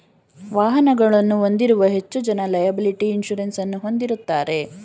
ವಾಹನಗಳನ್ನು ಹೊಂದಿರುವ ಹೆಚ್ಚು ಜನ ಲೆಯಬಲಿಟಿ ಇನ್ಸೂರೆನ್ಸ್ ಅನ್ನು ಹೊಂದಿರುತ್ತಾರೆ